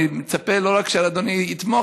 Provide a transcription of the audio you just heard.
אני מצפה לא רק שאדוני יתמוך,